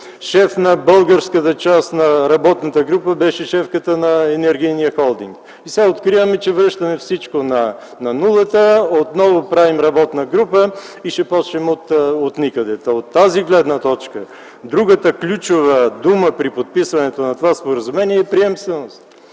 Шеф на българската част на работната група беше шефката на енергийния холдинг. И сега откриваме, че връщаме всичко на нулата. Отново правим работна група и ще започнем отникъде. От тази гледна точка другата ключова дума при подписването на това споразумение е „приемственост”.